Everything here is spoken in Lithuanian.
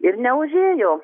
ir neužėjo